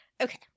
okay